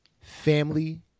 Family